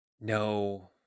No